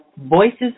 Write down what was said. Voices